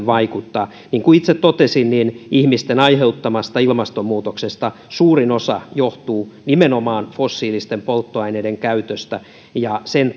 vaikuttaa niin kuin itse totesin ihmisten aiheuttamasta ilmastonmuutoksesta suurin osa johtuu nimenomaan fossiilisten polttoaineiden käytöstä ja sen